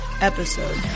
episode